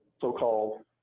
so-called